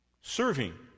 Serving